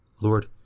Lord